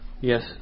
Yes